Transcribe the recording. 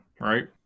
right